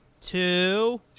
two